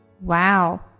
Wow